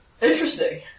Interesting